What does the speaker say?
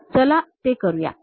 तर चला ते करूया